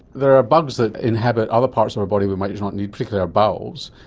there are bugs that inhabit other parts of our body we might not need particularly our bowels.